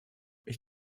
ich